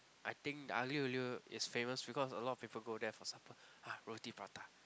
I think the aglio-olio is famous because a lot of people go there for supper ah roti-prata